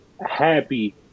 happy